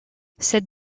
cette